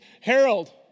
Harold